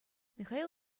михаил